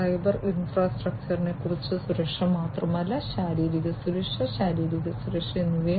cyber ഇൻഫ്രാസ്ട്രക്ചറിന്റെ സുരക്ഷ മാത്രമല്ല ശാരീരിക സുരക്ഷ ശാരീരിക സുരക്ഷ എന്നിവയും